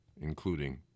including